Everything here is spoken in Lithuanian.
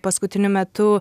paskutiniu metu